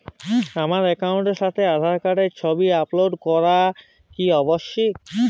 আমার অ্যাকাউন্টের সাথে আধার কার্ডের ছবি আপলোড করা কি আবশ্যিক?